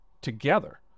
together